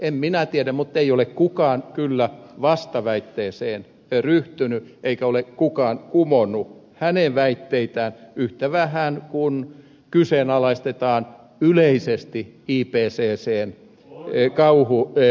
en minä tiedä mutta ei ole kukaan kyllä vastaväitteeseen ryhtynyt eikä ole kukaan kumonnut hänen väitteitään yhtä vähän kuin kyseenalaistetaan yleisesti ipccn kauhuskenaarioita